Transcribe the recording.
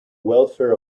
welfare